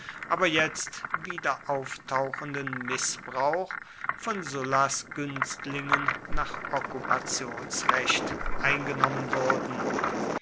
aber jetzt wiederauftauchenden mißbrauch von sullas günstlingen nach okkupationsrecht eingenommen wurden